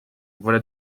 voilà